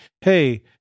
hey